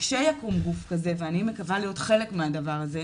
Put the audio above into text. כשיקום גוף כזה ואני מקווה להיות חלק מהדבר הזה,